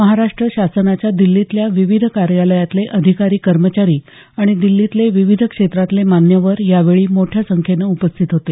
महाराष्ट्र शासनाच्या दिल्लीतल्या विविध कार्यालयातले अधिकारी कर्मचारी आणि दिछीतले विविध क्षेत्रातले मान्यवर यावेळी मोठ्या संख्येनं उपस्थित होते